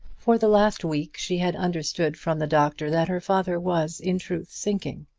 for the last week she had understood from the doctor that her father was in truth sinking,